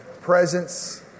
presence